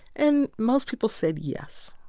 and most people said yes.